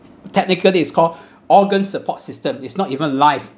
technically it's called organ support system is not even life